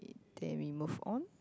then we move on